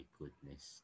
goodness